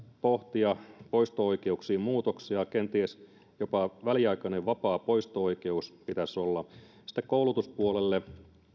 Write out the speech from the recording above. pohtia poisto oikeuksiin muutoksia kenties jopa väliaikainen vapaa poisto oikeus pitäisi olla sitten koulutuspuolella